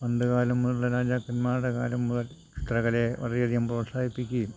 പണ്ട് കാലം മുതലുള്ള രാജാക്കന്മാരുടെ കാലം മുതൽ ചിത്രകലയെ വളരെയധികം പ്രോത്സാഹിപ്പിക്കുകയും